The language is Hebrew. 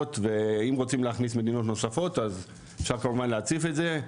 ואם רוצים להכניס מדינות נוספות אפשר להציף את זה,